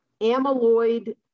amyloid